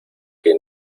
que